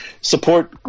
support